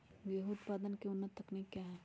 गेंहू उत्पादन की उन्नत तकनीक क्या है?